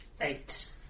Eight